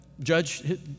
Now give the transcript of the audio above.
judge